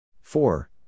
Four